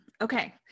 Okay